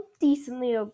decently